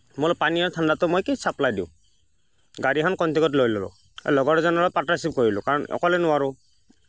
মই অলপ পানী আৰু ঠাণ্ডাটো মই কি ছাপ্লাই দিওঁ গাড়ীখন কণ্ট্ৰেক্টত লৈ ল'লোঁ আৰু লগৰজনৰ লগত পাৰ্টনাৰছিপ কৰিলোঁ কাৰণ অকলে নোৱাৰোঁ